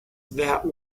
that